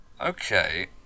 Okay